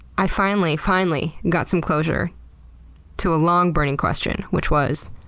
i finally, finally got some closure to a long burning question which was,